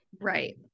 right